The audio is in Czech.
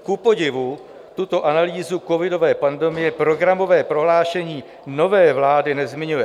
Kupodivu, tuto analýzu covidové pandemie programové prohlášení nové vlády nezmiňuje.